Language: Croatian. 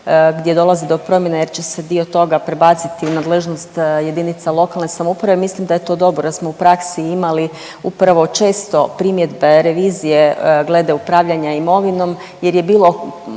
gdje dolazi do promjene jer će se dio toga prebaciti u nadležnost JLS, mislim da je to dobro, da smo u praksi imali upravo često primjedbe revizije glede upravljanja imovinom jer je bilo